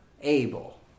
able